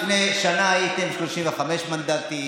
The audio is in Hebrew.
כשלפני שנה הייתם עם 35 מנדטים,